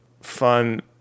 fun